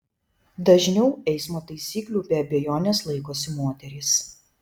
dažniau eismo taisyklių be abejonės laikosi moterys